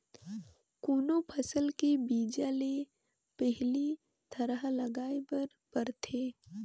कोनो फसल के बीजा ले पहिली थरहा लगाए बर परथे